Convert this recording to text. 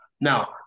Now